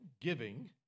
giving